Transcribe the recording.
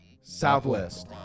Southwest